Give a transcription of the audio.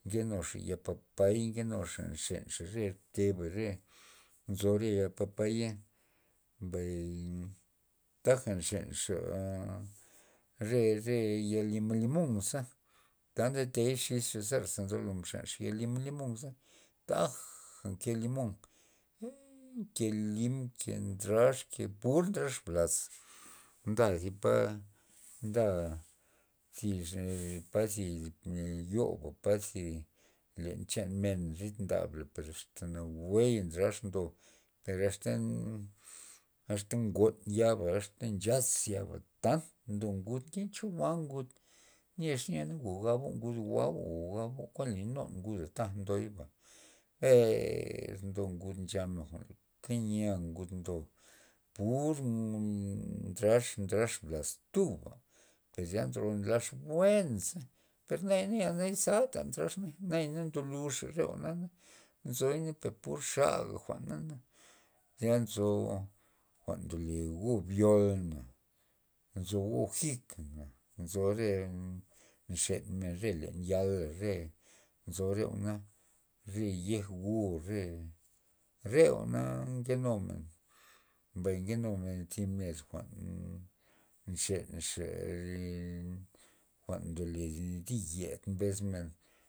Nke nuxa ya papay nkenuxa nxenxa re bteba re nzo re ya papaya, mbay taja nxenxa re- re ya limon limonaza ta ndetey xis za zarza mxenxa ya lima limon taja nke limon ee nke lim nke drax pur ndrax blas nda ziba nda zi pa thi yo popa palad zi len chan men ryd ndabla asta nawue ndrax ndo per asta asta ngon yaba asta nxas yaba tan ndo ngud ngencho jwa' ngud yiex gobabo ngud jwa'o gabo kuan linuy nguda taj ndoy ba per ndo ngud nchamen jwa'n lepa nya ngud ndo pur ndrax- ndrax laztuba per zya nzo ndrax buenza per ya na yezata ndrax nayana ndolux re jwa'nana nzoy per pur xa jwa'na nana zya nzo jwa'n ndole go byol per nzo ho jik na nzo re nxel re len yal na per ñe nzo re jwa'na re yej go chele re jwa'na ngenumen mbay nkemuen thi jwa'n ndole nxen- nxen per jwa'n ndole din yed mbes men